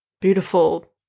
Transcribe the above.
beautiful